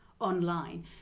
online